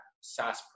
SaaS